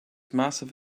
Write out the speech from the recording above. massive